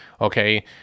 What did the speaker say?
Okay